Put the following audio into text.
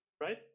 right